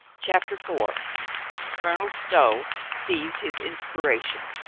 chapter four colonel stow sees his inspiration